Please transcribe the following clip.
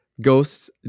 ghosts